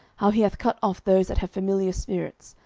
how he hath cut off those that have familiar spirits,